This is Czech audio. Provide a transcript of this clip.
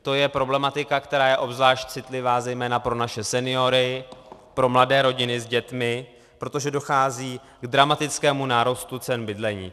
To je problematika, která je obzvlášť citlivá zejména pro naše seniory, pro mladé rodiny s dětmi, protože dochází k dramatickému nárůstu cen bydlení.